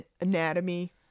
anatomy